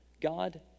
God